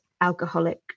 alcoholic